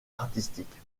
artistique